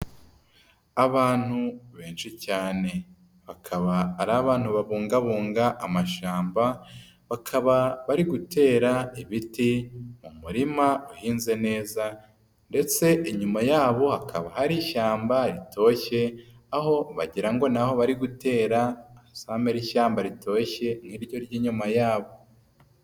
Abantu benshi cyane bakaba ari abantu babungabunga amashyambaba bari gutera ibiti mu murima uhinze neza ndetse inyuma yabo hakaba hari ishyamba ritoshye, aho bagira ngo n'aho bari guterasamire ishyamba ritoshye nk'iryo ry'inyuma yabo.